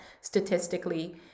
statistically